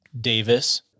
Davis